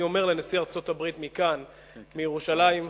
אני אומר לנשיא ארצות-הברית מכאן, מירושלים: